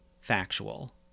factual